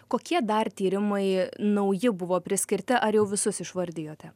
kokie dar tyrimai nauji buvo priskirti ar jau visus išvardijote